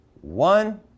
One